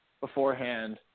beforehand